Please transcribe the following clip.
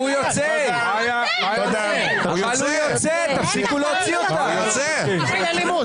מה קורה עם הרוויזיה של פינדרוס?